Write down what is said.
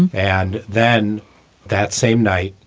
and and then that same night.